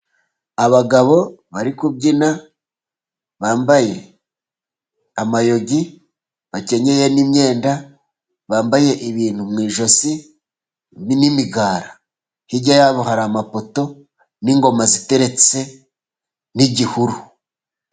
Abagabo bari kubyina bambaye amayogi, bakenyeye n'imyenda, bambaye ibintu mu ijosi n'imigara, hirya yabo hari amapoto n'ingoma ziteretse n'igihuru.